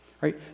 right